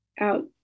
out